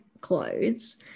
clothes